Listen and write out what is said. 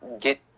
get